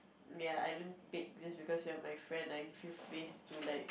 ya I don't pick this because you are my friend I give you face to like